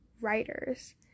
writers